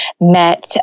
met